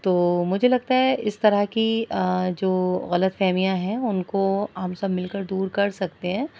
تو مجھے لگتا ہے اس طرح کی جو غلط فہمیاں ہیں ان کو ہم سب مل کر دور کرسکتے ہیں